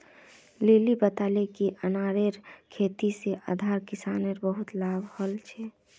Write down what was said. lily बताले कि अनारेर खेती से वर्धार किसानोंक बहुत लाभ हल छे